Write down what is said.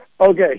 Okay